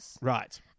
Right